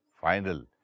final